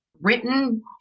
written